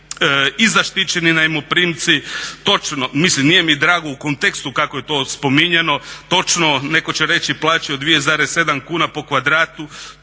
i zaštićeni najmoprimci. Točno, mislim nije mi drago u kontekstu kako je to spominjano. Točno, netko će reći plaćaju 2,7 kuna po kvadratu.